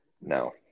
no